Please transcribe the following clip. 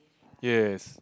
yes